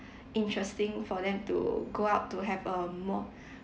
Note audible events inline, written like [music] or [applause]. interesting for them to go out to have a more [breath]